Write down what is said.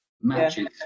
matches